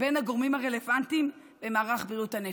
בין הגורמים הרלוונטיים במערך בריאות הנפש.